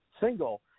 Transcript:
single